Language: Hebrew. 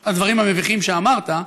על הדברים המביכים שאמרת,